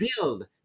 build